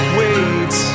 wait